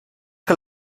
que